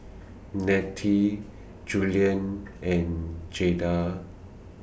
Nettie Julian and Jada